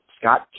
Scott